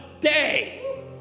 day